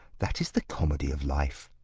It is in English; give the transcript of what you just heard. that is the comedy of life.